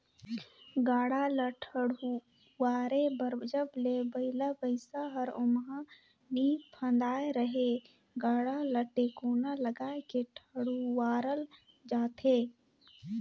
गाड़ा ल ठडुवारे बर जब ले बइला भइसा हर ओमहा नी फदाय रहेए गाड़ा ल टेकोना लगाय के ठडुवारल जाथे